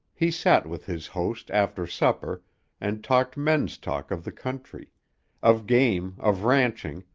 he sat with his host after supper and talked men's talk of the country of game, of ranching,